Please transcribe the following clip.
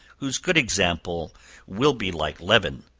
whose good example will be like leaven,